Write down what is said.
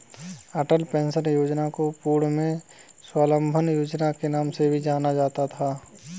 अटल pension योजना को पूर्व में स्वाबलंबन योजना के नाम से भी जाना जाता था